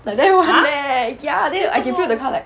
like that one leh ya then I can feel the kind of like